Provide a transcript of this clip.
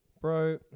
Bro